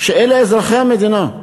שאלה אזרחי המדינה,